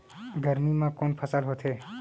गरमी मा कोन से फसल होथे?